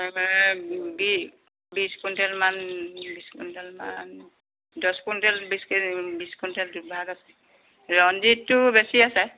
এইফালে বি বিছ কুইণ্টেলমান বিছ কুইণ্টেলমান দহ কুইণ্টেল বিছ কেজি বিছ কুইণ্টেল দুভাগ আছে ৰঞ্জিতটো বেছি আছে